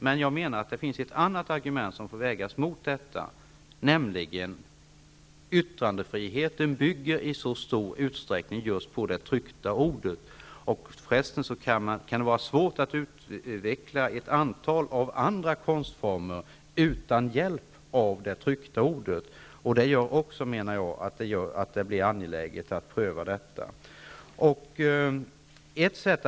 Men jag menar att det finns ett annat argument som får vägas mot detta, nämligen att yttrandefriheten i så stor utsträckning bygger på just det tryckta ordet. Det kan för övrigt vara svårt att utveckla ett antal andra konstformer utan hjälp av det tryckta ordet. Också detta gör det enligt min mening angeläget att pröva frågan om en lagstiftning.